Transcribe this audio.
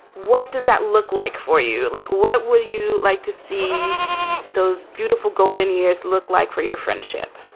what does that look like for you? like what will you like to see those beautiful golden years look like for your friendship?